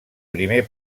primer